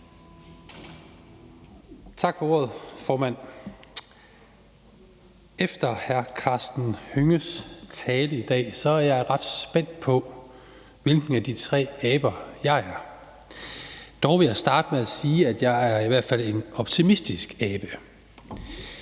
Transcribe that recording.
Tak for ordet, formand. Efter hr. Karsten Hønges tale i dag er jeg ret spændt på, hvilken af de tre aber jeg er. Dog vil jeg starte med at sige, at jeg i hvert fald er en optimistisk abe.